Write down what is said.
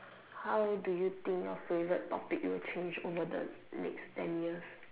how do you think your favorite topic will change over the next ten years